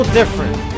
different